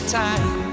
time